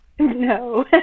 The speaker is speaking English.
No